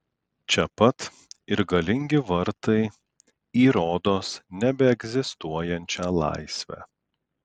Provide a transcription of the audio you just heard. čia pat ir galingi vartai į rodos nebeegzistuojančią laisvę